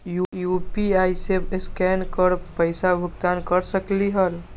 UPI से scan कर पईसा भुगतान कर सकलीहल?